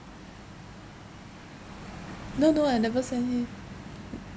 no no I never send him